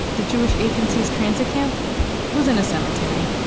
the jewish agency's transit camp was in a cemetery,